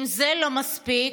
אם זה לא מספיק,